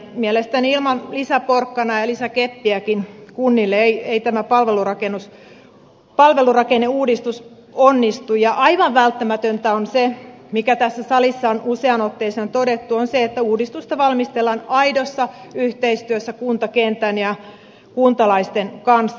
mielestäni ilman lisäporkkanaa ja lisäkeppiäkin kunnille ei tämä palvelurakenneuudistus onnistu ja aivan välttämätöntä on se mikä tässä salissa on useaan otteeseen todettu että uudistusta valmistellaan aidossa yhteistyössä kuntakentän ja kuntalaisten kanssa